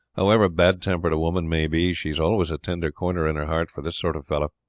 however bad-tempered a woman may be, she has always a tender corner in her heart for this sort of fellow.